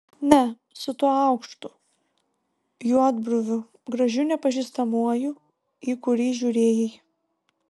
ne su tuo aukštu juodbruviu gražiu nepažįstamuoju į kurį žiūrėjai